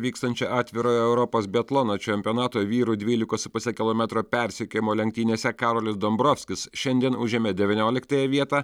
vykstančia atvirojo europos biatlono čempionato vyrų dvylikos kilometro persekiojimo lenktynėse karolis dombrovskis šiandien užėmė devynioliktąją vietą